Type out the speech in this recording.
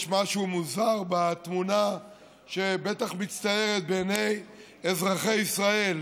יש משהו מוזר בתמונה שבטח מצטיירת בעיני אזרחי ישראל,